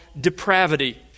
depravity